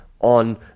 on